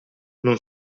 non